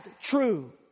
true